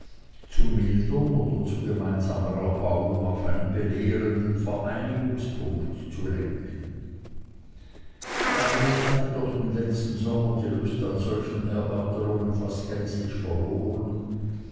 zu mildern und zu gemeinsamer erbauung auf einen belehrenden vereinigungspunkt zu lenken aber ich hatte durch den letzten sommer die lust an solchen erörterungen fast gänzlich verloren